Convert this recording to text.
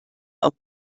auch